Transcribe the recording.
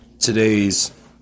Today's